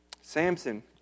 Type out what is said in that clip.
Samson